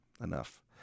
enough